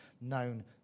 known